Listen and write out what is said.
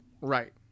right